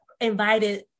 invited